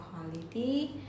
quality